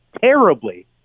terribly